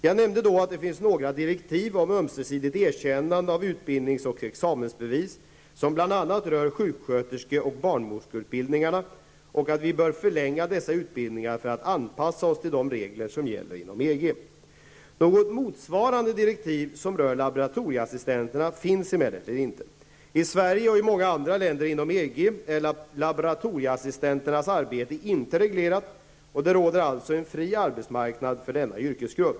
Jag nämnde då att det finns några direktiv om ömsesidigt erkännande av utbildnings och examensbevis som bl.a. rör sjuksköterske och barnmorskeutbildningarna och att vi bör förlänga dessa utbildningar för att anpassa oss till de regler som gäller inom EG. Något motsvarande direktiv som rör laboratorieassistenterna finns emellertid inte. I Sverige och i många andra länder inom EG är laboratorieassistenternas arbete inte reglerat och det råder alltså en fri arbetsmarknad för denna yrkesgrupp.